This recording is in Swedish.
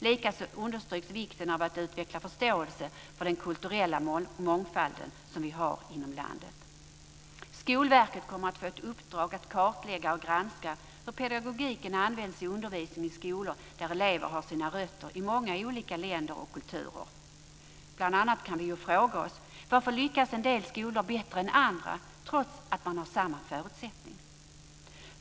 Likaså understryks vikten av att utveckla förståelse för den kulturella mångfald vi har inom landet. Skolverket kommer att få ett uppdrag att kartlägga och granska hur pedagogiken används i undervisningen i skolor där elever har sina rötter i många olika länder och kulturer. Bl.a. kan vi ju fråga oss varför en del skolor lyckas bättre än andra, trots att man har samma förutsättningar.